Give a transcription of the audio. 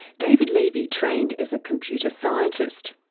david levy trained as a computer scientist.